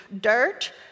Dirt